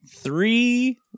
three